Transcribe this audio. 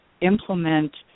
implement